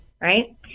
Right